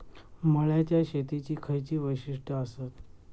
मळ्याच्या शेतीची खयची वैशिष्ठ आसत?